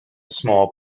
small